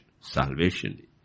Salvation